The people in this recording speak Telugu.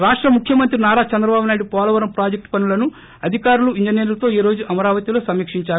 రాష్ట ముఖ్యమంత్రి నారా చంద్రబాబునాయుడు పోలవరం ప్రాజెక్టు పనులను అధికారులు ఇంజనీర్షతో ఈ రోజు అమరావతి లో సమీక్షించారు